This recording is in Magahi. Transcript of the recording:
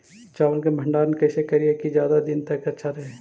चावल के भंडारण कैसे करिये की ज्यादा दीन तक अच्छा रहै?